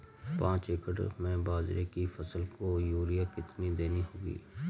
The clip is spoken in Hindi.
पांच एकड़ में बाजरे की फसल को यूरिया कितनी देनी होगी?